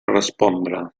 respondre